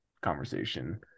conversation